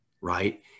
right